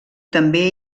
també